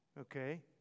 okay